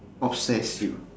obsessed you